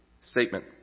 statement